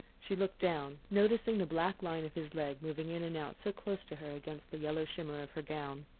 she looked down, noticing the black line of his leg moving in and out so close to her against the yellow shimmer of her gown.